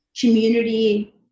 community